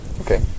Okay